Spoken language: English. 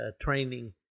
training